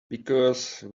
because